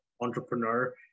entrepreneur